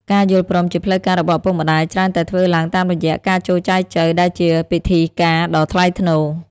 ការយល់ព្រមជាផ្លូវការរបស់ឪពុកម្ដាយច្រើនតែធ្វើឡើងតាមរយៈ "ការចូលចែចូវ" ដែលជាពិធីការដ៏ថ្លៃថ្នូរ។